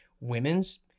women's